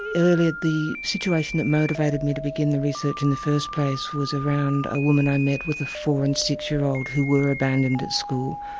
earlier the situation that motivated me to begin the research in the first place was around a woman i met with a four and six year old who were abandoned at school,